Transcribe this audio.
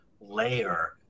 layer